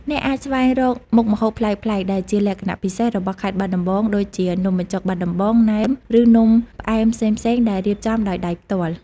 អ្នកអាចស្វែងរកមុខម្ហូបប្លែកៗដែលជាលក្ខណៈពិសេសរបស់ខេត្តបាត់ដំបងដូចជា នំបញ្ចុកបាត់ដំបង ណែម ឬនំផ្អែមផ្សេងៗដែលរៀបចំដោយដៃផ្ទាល់។